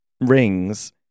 rings